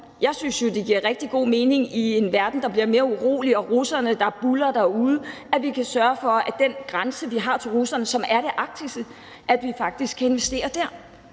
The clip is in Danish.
jeg synes, det giver rigtig god mening i en verden, der bliver mere urolig, og med russerne, der buldrer derude, at vi kan sørge for, at den grænse, vi har til russerne – som er det arktiske – er et sted, hvor vi faktisk kan investere.